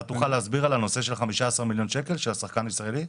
אתה תוכל להסביר על הנושא של 15 מיליון שקל של שחקן ישראלי?